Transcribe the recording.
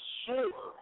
sure